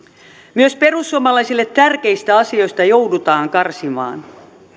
myös perussuomalaisille tärkeistä asioista joudutaan karsimaan